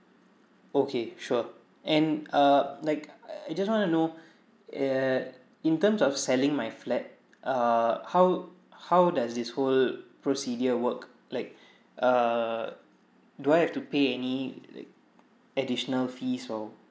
okay sure and uh like I just wanna know err in terms of selling my flat uh how how does this whole procedure work like err do I have to pay any like additional fees or